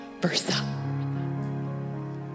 versa